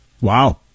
Wow